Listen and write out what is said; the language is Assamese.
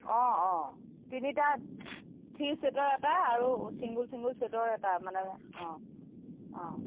অঁ অঁ তিনিটা থ্ৰী চেটৰ এটা আৰু চিংগল চিংগল চেটৰ এটা মানে অঁ অঁ